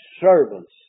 servants